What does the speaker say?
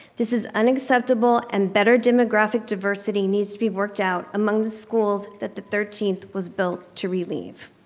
this is unacceptable and better demographic diversity needs to be worked out among the schools that the thirteenth was built to relieve.